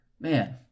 Man